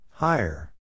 Higher